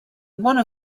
one